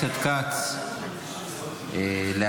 חבר הכנסת כץ ----- אתה בכיסא היו"ר.